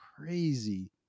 crazy